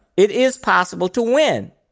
it is possible to win.